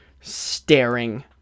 staring